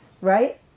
right